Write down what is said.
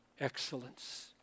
excellence